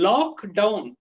Lockdown